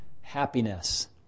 happiness